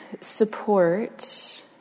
support